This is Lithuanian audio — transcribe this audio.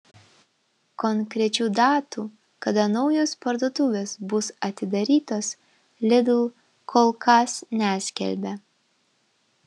konkrečių datų kada naujos parduotuvės bus atidarytos lidl kol kas neskelbia